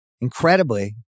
Incredibly